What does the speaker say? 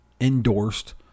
endorsed